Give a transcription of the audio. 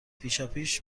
پیشاپیش